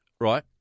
right